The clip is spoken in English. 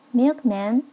milkman